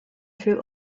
through